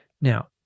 Now